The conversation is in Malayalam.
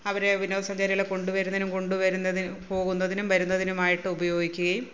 അവർ വിനോദസഞ്ചാരികളെ കൊണ്ടുവരുന്നതിനും കൊണ്ടുവരുന്നതിന് പോകുന്നതിനും വരുന്നതിനുമായിട്ട് ഉപയോഗിക്കുകയും